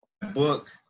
book